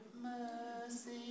mercy